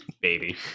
baby